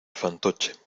fantoche